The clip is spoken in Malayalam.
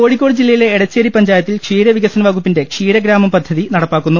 കോഴിക്കോട് ജില്ലയിലെ എടച്ചേരി പഞ്ചായത്തിൽ ക്ഷീരവികസന വകുപ്പിന്റെ ക്ഷീരഗ്രാമംപദ്ധതിയ്ക്ക് നടപ്പാക്കുന്നു